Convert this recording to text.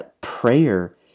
Prayer